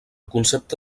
concepte